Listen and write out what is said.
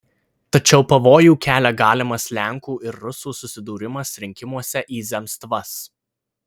tačiau pavojų kelia galimas lenkų ir rusų susidūrimas rinkimuose į zemstvas